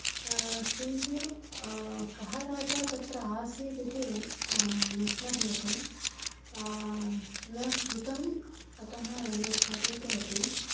किन्तु कः राजा तत्र आसीत् इति न स्मर्यते न श्रुतम् अतः न स्मर्यते अपि